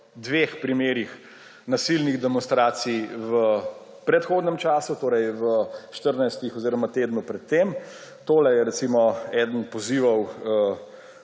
dveh primerih nasilnih demonstracij v predhodnem času, torej v 14 dneh oziroma tednu pred tem. To je, recimo, eden od pozivov